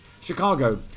Chicago